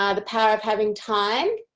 ah the power of having time.